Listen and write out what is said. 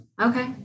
Okay